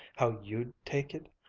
how you'd take it?